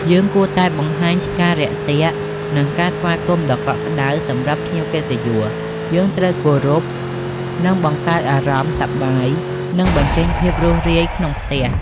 យើងគួរតែបង្ហាញការរាក់ទាក់ និងការស្វាគមន៍ដ៏កក់ក្តៅ សម្រាប់ភ្ញៀវកិត្តិយស យើងត្រូវគោរព និងបង្កើតអារម្មណ៍សប្បាយ និងបញ្ចេញភាពរួសរាយក្នុងផ្ទះ។